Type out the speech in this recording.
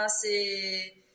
C'est